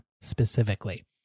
specifically